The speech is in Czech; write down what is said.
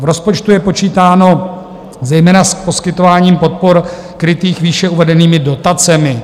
V rozpočtu je počítáno zejména s poskytováním podpor krytých výše uvedenými dotacemi.